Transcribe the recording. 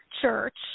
church